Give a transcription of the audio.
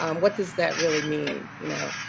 um what does that really mean? you know,